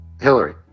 Hillary